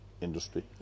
industry